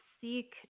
seek